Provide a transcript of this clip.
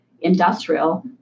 industrial